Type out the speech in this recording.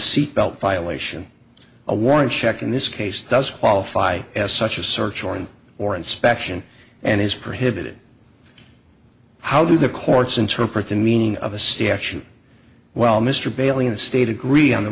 seatbelt violation a warrant check in this case doesn't qualify as such a search warrant or inspection and is prohibited how do the courts interpret the meaning of the statute well mr bailey and state agree on the